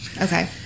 Okay